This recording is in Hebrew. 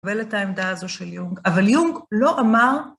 מקבל את העמדה הזו של יונג. אבל יונג לא אמר...